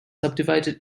subdivided